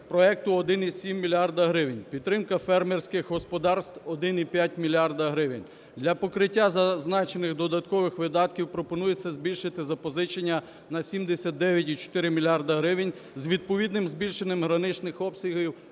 проекту - 1,7 мільярда гривень; підтримка фермерських господарств – 1,5 мільярда гривень, для покриття зазначених додаткових видатків пропонується збільшити запозичення на 79,4 мільярда гривень з відповідним збільшенням граничних обсягів